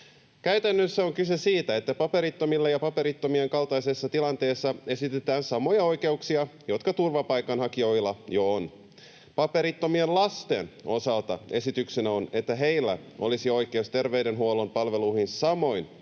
Käytännössä on kyse siitä, että paperittomille ja paperittomien kaltaisessa tilanteessa oleville esitetään samoja oikeuksia, jotka turvapaikanhakijoilla jo on. Paperittomien lasten osalta esityksenä on, että heillä olisi oikeus terveydenhuollon palveluihin samoin